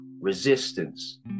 resistance